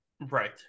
Right